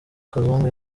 kazungu